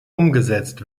umgesetzt